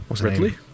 Ridley